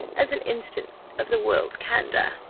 as an instance of the world's candour,